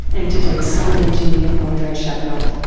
and today's sound engineer ah andrei shabunov.